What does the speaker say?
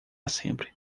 sempre